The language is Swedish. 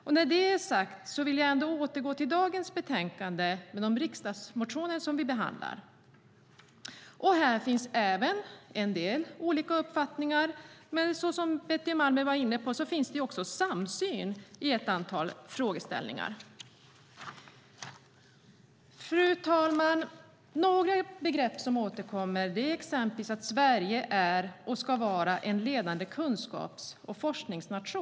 Med detta sagt återgår jag till dagens motionsbetänkande. Här finns en del olika uppfattningar, men precis som Betty Malmberg var inne på finns det också samsyn i ett antal frågor. Fru talman! Något som återkommer är att Sverige är och ska vara en ledande kunskaps och forskningsnation.